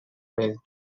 with